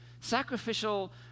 Sacrificial